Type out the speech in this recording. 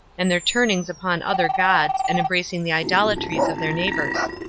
and their turnings upon other gods, and embracing the idolatries of their neighbours.